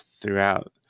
throughout